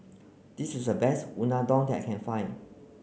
this is a best Unadon that I can find